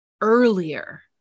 earlier